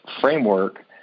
framework